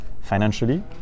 financially